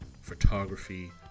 photography